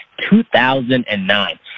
2009